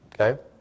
okay